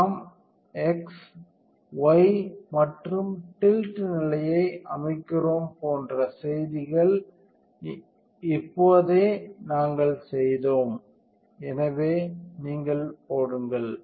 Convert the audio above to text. நாம் x y மற்றும் tilt நிலையை அமைக்கிறோம் போன்ற செய்திகள் இப்போது நாங்கள் செய்தோம் எனவே நீங்கள் போடுங்கள்